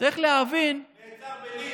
נעצר בלינץ',